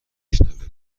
بشنومشان